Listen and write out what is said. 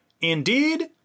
indeed